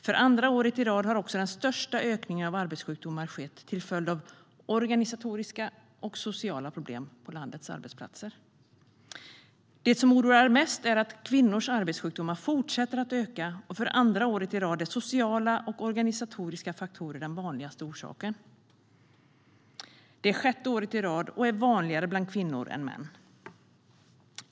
För andra året i rad har också den största ökningen av arbetssjukdomar skett till följd av organisatoriska och sociala problem på landets arbetsplatser. Det som oroar mest är att kvinnors arbetssjukdomar fortsätter att öka. För andra året i rad är sociala och organisatoriska faktorer den vanligaste orsaken. Det är sjätte året i rad, och det är vanligare bland kvinnor än bland män.